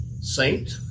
Saint